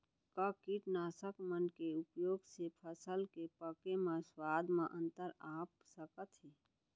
का कीटनाशक मन के उपयोग से फसल के पके म स्वाद म अंतर आप सकत हे?